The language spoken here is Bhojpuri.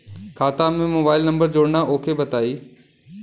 खाता में मोबाइल नंबर जोड़ना ओके बताई?